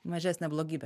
mažesnė blogybė